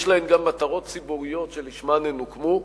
יש להן גם מטרות ציבוריות שלשמן הן הוקמו,